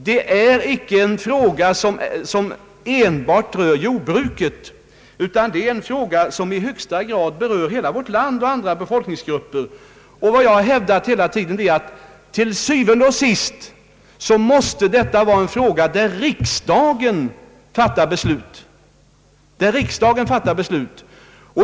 Det är alltså inte något som rör enbart jordbruket, utan något som i högsta grad berör hela vårt land, och alltså även andra befolkningsgrupper än jordbrukarna. Jag har hela tiden hävdat att detta til syvende og sidst måste vara en fråga i vilken riksdagen fattar beslut.